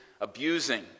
abusing